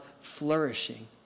flourishing